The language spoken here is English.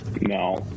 No